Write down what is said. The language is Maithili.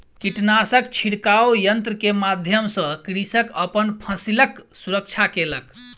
कीटनाशक छिड़काव यन्त्र के माध्यम सॅ कृषक अपन फसिलक सुरक्षा केलक